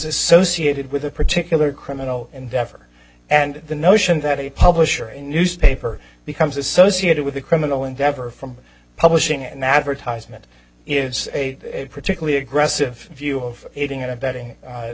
associated with a particular criminal endeavor and the notion that a publisher a newspaper becomes associated with a criminal endeavor from publishing an advertisement is a particularly aggressive view of aiding and abetting